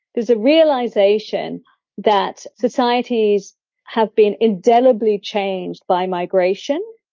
there's a realisation that societies have been indelibly changed by migration,